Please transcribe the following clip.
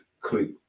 click